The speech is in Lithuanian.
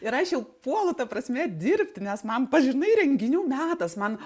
ir aš jau puolu ta prasme dirbti nes man pats žinai renginių metas man